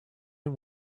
and